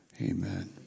amen